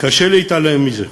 קשה להתעלם מזה.